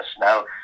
Now